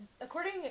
according